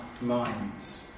minds